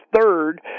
third